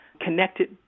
connected